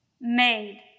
Made